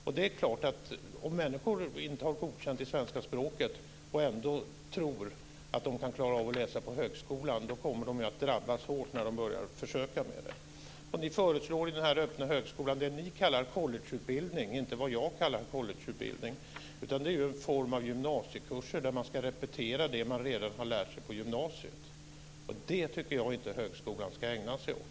Om människor inte har godkänt betyg i svenska språket och ändå tror att de kan klara av att läsa på högskolan så kommer de förstås att drabbas hårt när de börjar försöka. Ni föreslår vad ni kallar för en collegeutbildning i den öppna högskolan. Det är inte vad jag kallar för collegeutbildning. Detta är i stället en form av gymnasiekurser där man ska repetera det som man redan har lärt sig på gymnasiet. Det tycker inte jag att högskolan ska ägna sig åt.